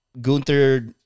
Gunther